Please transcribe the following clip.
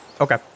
Okay